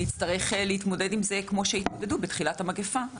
נצטרך להתמודד עם זה כמו שהתמודדו בתחילת המגפה.